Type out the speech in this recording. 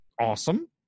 Awesome